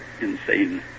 insane